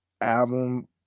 album